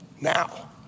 now